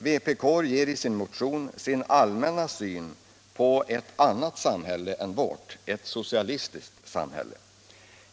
Vpk ger i motionen sin allmänna syn på ett annat samhälle än vårt, ett socialistiskt samhälle.